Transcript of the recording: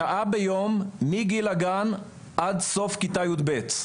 שעה ביום, מגיל הגן עד סוף כיתה יב'.